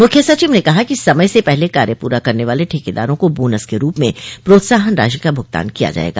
मुख्य सचिव ने कहा कि समय से पहले कार्य पूरा करने वाले ठेकेदारो को बोनस के रूप में प्रोत्साहन राशि का भुगतान किया जायेगा